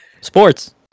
Sports